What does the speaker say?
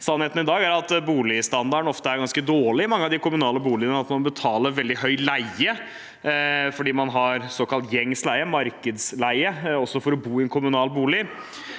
boligstandarden ofte er ganske dårlig i mange av de kommunale boligene, og at man betaler veldig høy leie fordi man har såkalt gjengs leie, markedsleie, for å bo i en kommunal bolig.